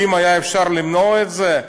האם היה אפשר למנוע את זה?